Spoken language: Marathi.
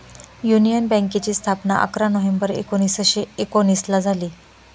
युनियन बँकेची स्थापना अकरा नोव्हेंबर एकोणीसशे एकोनिसला झाली